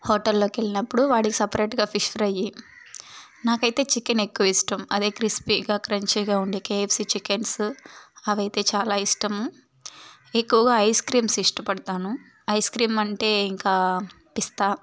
హోటల్లోకి వెళ్ళినప్పుడు వాడికి సపరేట్గా ఫిష్ ఫ్రయ్యి నాకైతే చికెన్ ఎక్కువ ఇష్టం అదే క్రిస్పీగా క్రంచిగా ఉండి కెఫ్సి చికెన్సు అవి అయితే చాలా ఇష్టము ఎక్కువగా ఐస్ క్రీమ్స్ ఇష్టపడతాను ఐస్ క్రీమ్ అంటే ఇంకా పిస్తా